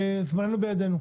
זמננו בידינו.